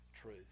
truth